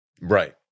Right